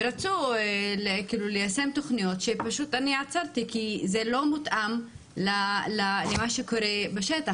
ורצו ליישם תוכניות שפשוט עצרתי כי זה לא היה מותאם למה שקורה בשטח.